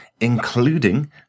including